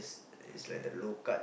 okay